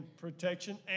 protection